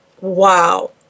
Wow